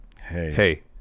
Hey